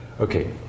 Okay